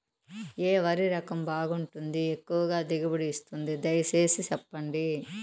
ఏ వరి రకం బాగుంటుంది, ఎక్కువగా దిగుబడి ఇస్తుంది దయసేసి చెప్పండి?